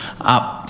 up